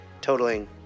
totaling